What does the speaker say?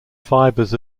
fibers